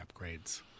upgrades